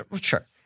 Sure